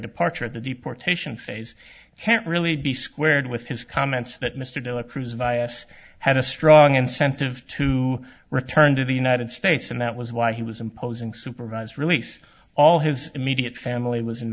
departure at the deportation phase can't really be squared with his comments that mr dilip cruz vyas had a strong incentive to return to the united states and that was why he was imposing supervised release all his immediate family was in